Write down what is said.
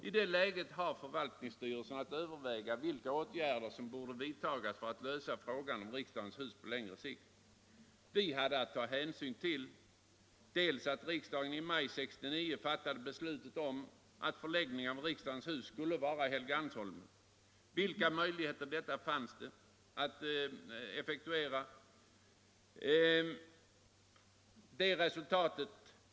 I det läget hade förvaltningsstyrelsen att överväga vilka åtgärder som borde vidtas för att lösa frågan om riksdagens hus på längre sikt. Vi hade att ta hänsyn till det av riksdagen i maj 1969 fattade beslutet att riksdagens hus skulle vara förlagt till Helgeandsholmen — och vilka möjligheter som fanns att effektuera det beslutet.